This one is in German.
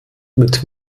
mit